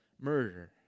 murder